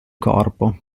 corpo